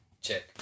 Check